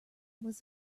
was